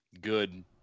good